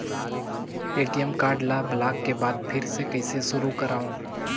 ATM card ल block के बाद फिर ले कइसे शुरू करव?